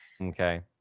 Okay